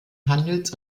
handels